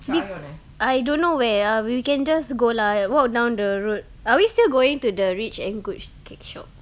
w~ I don't know where we can just go lah walk down the road are we still going to the rich and good cake shop